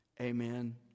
Amen